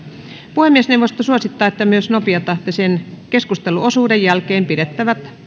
puhemiesneuvosto suosittaa että myös nopeatahtisen keskusteluosuuden jälkeen pidettävät